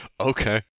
Okay